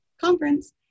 conference